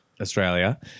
Australia